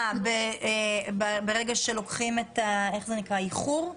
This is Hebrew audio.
ברגע שלוקחים את --- לא,